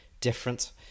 different